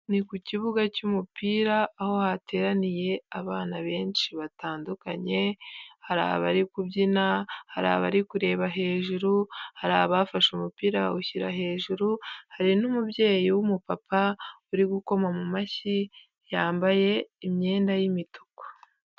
Ni ku kibuga cy'umupira aho hateraniye abana benshi batandukanye hari abari kubyina hari abari kureba hejuru hari abafashe umupira bawushyira hejuru hari n'umubyeyi w'umupapa uri gukoma mu mashyi yambaye imyenda y'imituku.